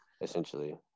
Essentially